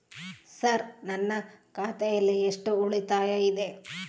Sir ನನ್ನ ಖಾತೆಯಲ್ಲಿ ಎಷ್ಟು ಉಳಿತಾಯ ಇದೆ?